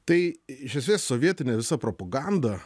tai iš esmės sovietinė visa propaganda